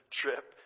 trip